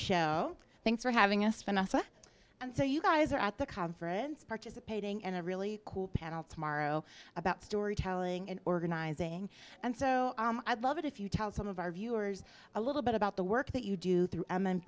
show thanks for having us vanessa and so you guys are at the conference participating in a really cool panel tomorrow about storytelling and organizing and so i'd love it if you tell some of our viewers a little bit about the work that you do through m